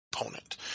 opponent